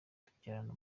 tubyarana